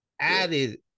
added